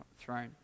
throne